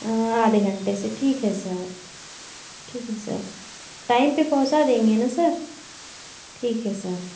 आधे घंटे से ठीक है सर ठीक है सर टाइम पे पहुंचा देंगे ना सर ठीक है सर